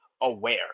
aware